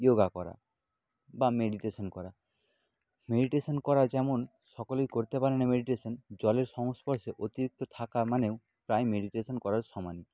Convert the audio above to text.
yoga করা বা meditation করা মেডিটেশান করা যেমন সকলেই করতে পারে না মেডিটেশান জলের সংস্পর্শে অতিরিক্ত থাকা মানেও প্রায় মেডিটেশান করার সমান